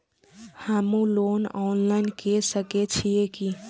हमू loan online के सके छीये की?